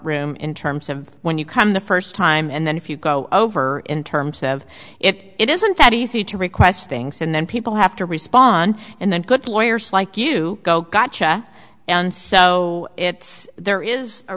room in terms of when you come the first time and then if you go over in terms of it it isn't that easy to request things and then people have to respond and then good lawyers like you go gotcha and so it's there is a